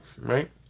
right